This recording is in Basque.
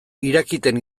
irakiten